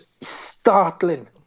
startling